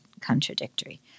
contradictory